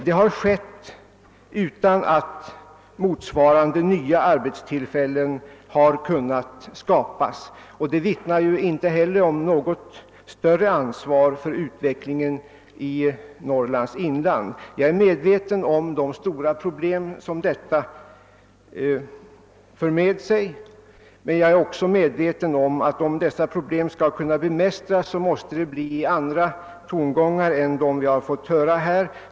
Detta har skett utan att motsvarande nya arbetstillfällen kunnat skapas, och det vittnar inte om något större ansvar för utvecklingen i Norrlands inland. Jag är medveten om de stora problem som detta för med sig, men jag är också medveten om att ifall dessa problem skall kunna bemästras måste det bli andra tongångar än dem vi fått höra här.